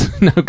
No